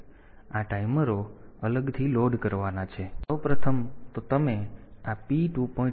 આ ટાઈમરો અલગથી લોડ કરવાના છે સૌ પ્રથમ તો તમે આ P2